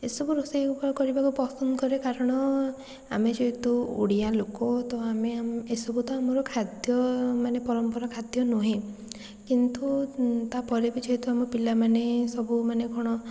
ଏସବୁ ରୋଷେଇ କରିବାକୁ ପସନ୍ଦ କରେ କାରଣ ଆମେ ଯେହେତୁ ଓଡ଼ିଆ ଲୋକ ତ ଆମେ ଏସବୁ ତ ଆମର ଖାଦ୍ୟ ମାନେ ପରମ୍ପରା ଖାଦ୍ୟ ନୁହେଁ କିନ୍ତୁ ତା'ପରେ ବି ଯେହେତୁ ଆମ ପିଲାମାନେ ସବୁ ମାନେ କ'ଣ